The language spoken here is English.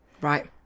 Right